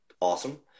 awesome